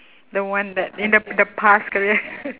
the one that in the the past career